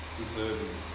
deserving